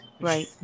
Right